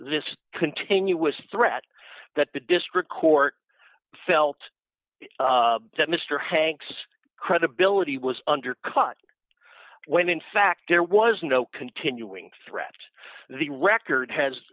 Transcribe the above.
this continuous threat that the district court felt that mr hanks credibility was undercut when in fact there was no continuing threat the record has